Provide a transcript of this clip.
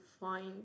find